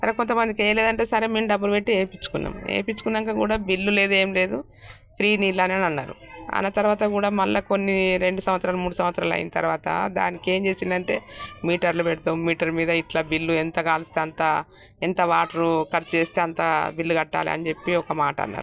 కొంతమందికి వెయ్యలేదంటే సరే మేము డబ్బులు పెట్టి వేయించుకున్నాం వేయించుకున్నాక కూడా బిల్లు లేదు ఏం లేదు ఫ్రీ నీళ్ళని అన్నారు అన్న తర్వాత కూడా మళ్ళీ కొన్ని రెండు సంవత్సరాలు మూడు సంవత్సరాలు అయిన తర్వాత దానికి ఏం చేశారు అంటే మీటర్లు పెడతాము మీటర్ మీద ఇట్ల బిల్లు ఎంత కాలుస్తే అంత ఎంత వాటరు ఖర్చు చేస్తే అంత బిల్లు కట్టాలని చెప్పి ఒక మాట అన్నారు